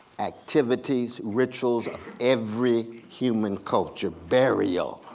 activities, rituals of every human culture. burial,